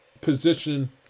position